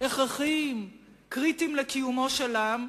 הכרחיים, קריטיים לקיומו של העם,